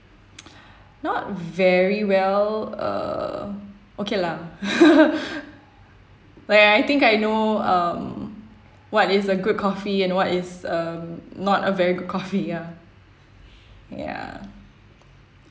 not very well uh okay lah like I think I know um what is a good coffee and what is not um not a very good coffee ya ya